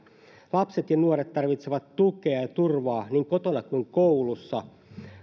lapset ja nuoret tarvitsevat tukea ja ja turvaa niin kotona kuin koulussa